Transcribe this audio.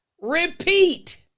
repeat